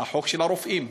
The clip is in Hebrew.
החוק של הרופאים,